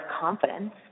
confidence